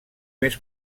més